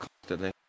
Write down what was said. constantly